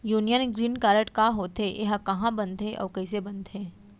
Union green card का होथे, एहा कहाँ बनथे अऊ कइसे बनथे?